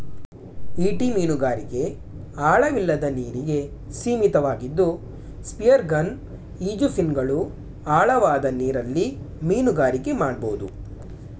ಈಟಿ ಮೀನುಗಾರಿಕೆ ಆಳವಿಲ್ಲದ ನೀರಿಗೆ ಸೀಮಿತವಾಗಿದ್ದು ಸ್ಪಿಯರ್ಗನ್ ಈಜುಫಿನ್ಗಳು ಆಳವಾದ ನೀರಲ್ಲಿ ಮೀನುಗಾರಿಕೆ ಮಾಡ್ಬೋದು